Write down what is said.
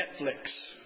Netflix